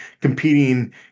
competing